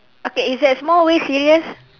okay is that small way serious